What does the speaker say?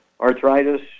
Arthritis